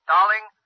Darling